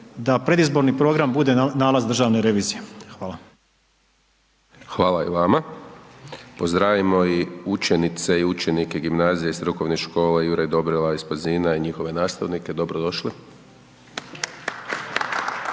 da predizborni program bude nalaz Državne revizije. Hvala. **Hajdaš Dončić, Siniša (SDP)** Hvala i vama. Pozdravimo i učenice i učenike Gimnazije strukovne škole Juraj Dobrila iz Pazina i njihove nastavnike. Dobro došli!